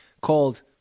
called